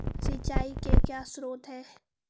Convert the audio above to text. सिंचाई के क्या स्रोत हैं?